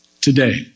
today